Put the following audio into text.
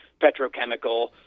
Petrochemical